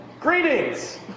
greetings